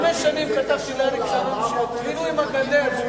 לפני חמש שנים כתבתי לאריק שרון שיתחילו עם הגדר.